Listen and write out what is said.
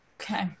Okay